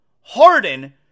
harden